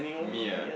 me ah